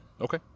Okay